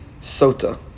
sota